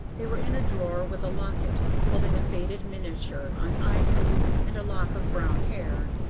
they were in a drawer with a locket holding a faded miniature on ivory and a lock of brown hair,